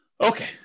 Okay